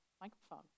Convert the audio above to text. microphone